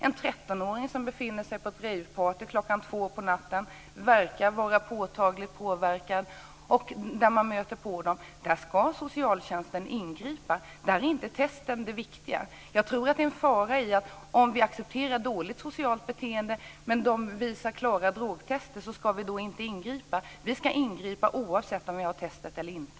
Om 13-åringar befinner sig på ett rejvparty klockan två på natten och verkar vara påtagligt påverkade när man stöter på dem ska socialtjänsten ingripa. Där är inte testet det viktiga. Jag tror att det finns en fara i om vi accepterar ett dåligt socialt beteende och inte ingriper bara för att de klarar drogtestet. Vi ska ingripa oavsett om vi har testet eller inte.